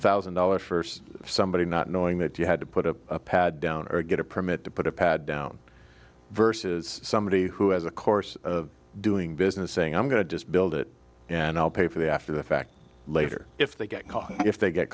thousand dollars for somebody not knowing that you had to put a pad down or get a permit to put a pad down versus somebody who has a course of doing business saying i'm going to just build it and i'll pay for the after the fact later if they get caught if they get